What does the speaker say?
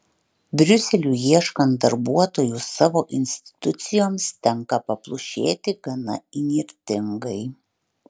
briuseliui ieškant darbuotojų savo institucijoms tenka paplušėti gana įnirtingai